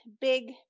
Big